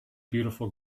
beautiful